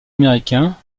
américains